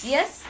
Yes